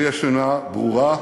לי יש עמדה ברורה,